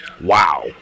Wow